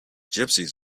gypsies